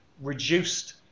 reduced